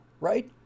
right